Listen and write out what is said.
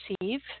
receive